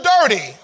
dirty